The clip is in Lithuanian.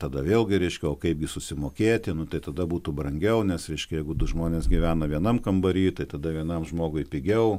tada vėlgi reiškia o kaipgi susimokėti nu tai tada būtų brangiau nes reiškia jeigu du žmonės gyvena vienam kambary tai tada vienam žmogui pigiau